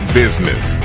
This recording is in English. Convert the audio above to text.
business